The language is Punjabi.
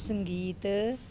ਸੰਗੀਤ